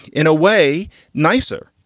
in a way nicer.